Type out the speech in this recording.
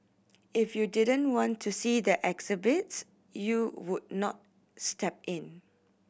if you didn't want to see the exhibits you would not step in